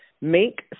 Make